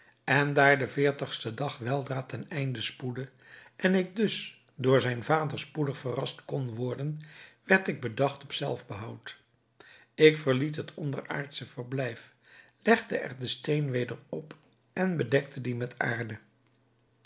en daar de veertigste dag weldra ten einde spoedde en ik dus door zijn vader spoedig verrast kon worden werd ik bedacht op zelfbehoud ik verliet het onderaardsche verblijf legde er den steen weder op en bedekte dien met aarde